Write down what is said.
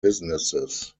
businesses